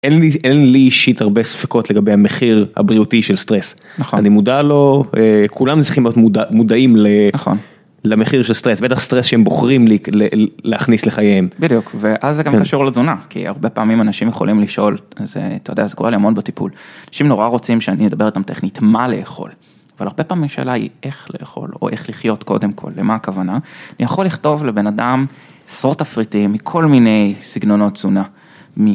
אין לי אישית הרבה ספקות לגבי המחיר הבריאותי של סטרס, אני מודע לו, כולם צריכים להיות מודעים למחיר של סטרס, בטח סטרס שהם בוחרים להכניס לחייהם. בדיוק, ואז זה גם קשור לתזונה, כי הרבה פעמים אנשים יכולים לשאול, אתה יודע זה קורה לי המון בטיפול, אנשים נורא רוצים שאני אדבר איתם טכנית, מה לאכול, אבל הרבה פעמים השאלה היא איך לאכול או איך לחיות קודם כל, למה הכוונה, אני יכול לכתוב לבן אדם עשרות תפריטים מכל מיני סגנונות תזונה.